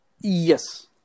Yes